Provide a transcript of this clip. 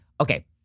Okay